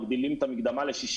מגדילים את המקדמה ל-60%.